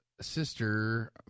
sister